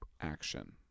Action